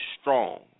strong